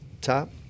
top